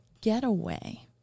getaway